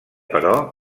però